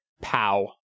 pow